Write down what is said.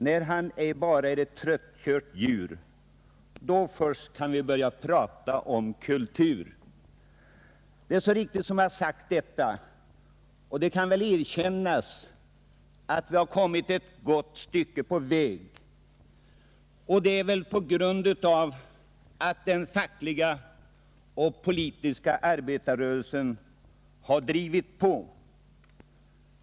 När han ej bara är ett tröttkört djur, då kan vi börja prata om kultur.” Det är så riktigt, och det kan väl erkännas, att vi har kommit ett gott stycke på väg och det är väl tack vare att den fackliga och politiska arbetarrörelsen har drivit på.